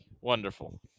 Wonderful